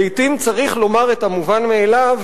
לעתים צריך לומר את המובן מאליו,